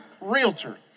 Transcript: realtor